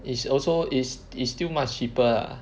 is also is is still much cheaper lah